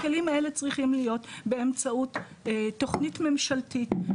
הכלים האלה צריכים להיות באמצעות תוכנית ממשלתית,